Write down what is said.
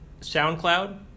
SoundCloud